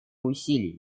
усилий